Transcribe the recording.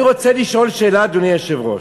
אני רוצה לשאול שאלה, אדוני היושב-ראש.